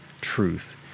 truth